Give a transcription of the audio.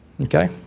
Okay